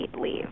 leave